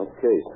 Okay